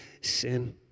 sin